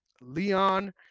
Leon